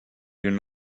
they